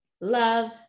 love